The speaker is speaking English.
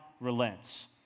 relents